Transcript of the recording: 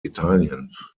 italiens